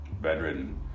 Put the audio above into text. bedridden